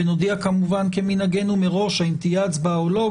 ונודיע כמובן כמנהגנו מראש אם תהיה הצבעה או לא,